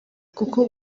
kuko